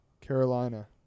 Carolina